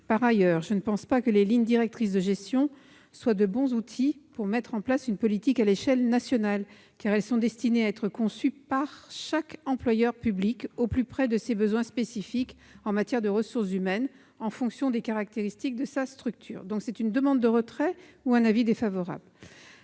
Par ailleurs, je ne pense pas que les lignes directrices de gestion soient de bons outils pour mettre en place une politique à l'échelle nationale, car elles sont destinées à être conçues par chaque employeur public, au plus près de ses besoins spécifiques en matière de ressources humaines, en fonction des caractéristiques de sa structure. Je demande donc à leurs auteurs de